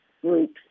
groups